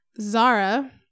Zara